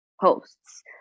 posts